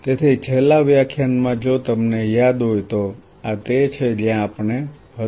તેથી છેલ્લા વ્યાખ્યાન માં જો તમને યાદ હોય તો આ તે છે જ્યાં આપણે હતા